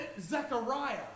Zechariah